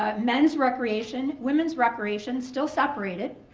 ah men's recreation, women's recreation, still separated,